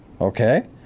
Okay